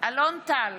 אלון טל,